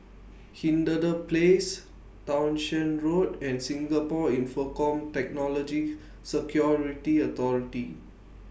Hindhede Place Townshend Road and Singapore Infocomm Technology Security Authority